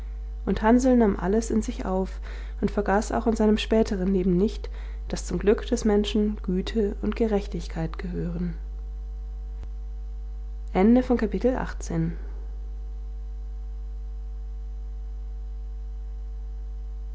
und hansl nahm alles in sich auf und vergaß auch in seinem späteren leben nicht daß zum glück des menschen güte und gerechtigkeit gehören